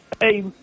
hey